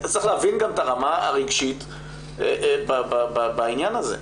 אתה צריך להבין גם את הרמה הרגשית בעניין הזה.